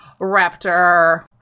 Raptor